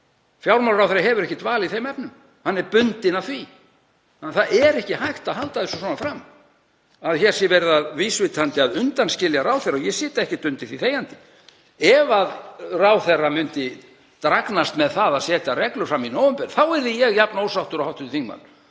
Fjármálaráðherra hefur ekkert val í þeim efnum. Hann er bundinn af því þannig að það er ekki hægt að halda því fram að hér sé verið vísvitandi að undanskilja ráðherra og ég sit ekki undir því þegjandi. Ef ráðherra myndi dragnast með það að setja reglur fram í nóvember þá yrði ég jafn ósáttur og hv. þingmaður.